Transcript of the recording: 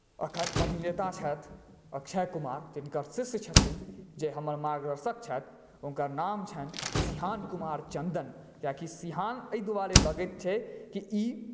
एखन अभिनेता छथि अक्षय कुमार तिनकर शिष्य छथिन जे हमर मार्गदर्शक छथि हुनकर नाम छनि शिहान कुमार चन्दन कियाकि शिहान एहि द्वारे लगैत छै जे ई